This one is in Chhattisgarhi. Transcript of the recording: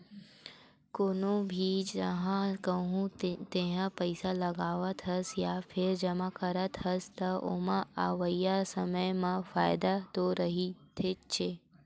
कोनो भी जघा कहूँ तेहा पइसा लगावत हस या फेर जमा करत हस, त ओमा अवइया समे म फायदा तो रहिथेच्चे